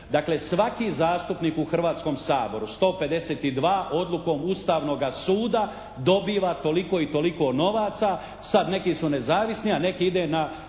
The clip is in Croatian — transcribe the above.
Dakle svaki zastupnik u Hrvatskom saboru, 152 odukom Ustavnoga suda dobiva toliko i toliko novaca, sad neki su nezavisni, a neki članovima